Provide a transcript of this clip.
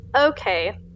Okay